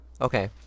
Okay